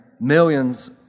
millions